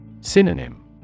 Synonym